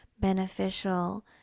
beneficial